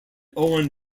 owen